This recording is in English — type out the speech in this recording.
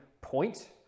point